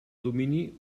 domini